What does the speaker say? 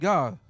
God